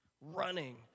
Running